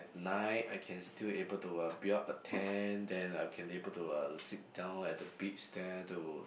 night I can still able to uh build up a tent then I can able to uh sit down at the beach there to